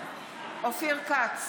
כץ,